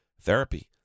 Therapy